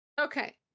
Okay